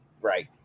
Right